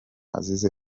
azize